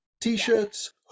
T-shirts